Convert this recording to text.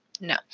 no